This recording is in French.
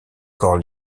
corps